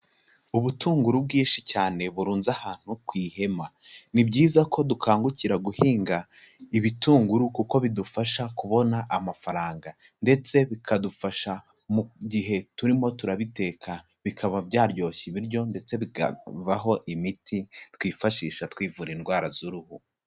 Ubutunguru bwinshi cyane burunze ahantu ku ihema, ni byiza ko dukangukira guhinga ibitunguru kuko bidufasha kubona amafaranga ndetse bikadufasha mu gihe turimo turabiteka bikaba byaryoshya ibiryo ndetse bikavaho imiti twifashisha twivura indwara z'uruhu.